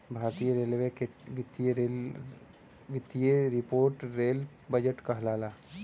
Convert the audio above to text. भारतीय रेलवे क वित्तीय रिपोर्ट रेल बजट कहलाला